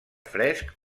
fresc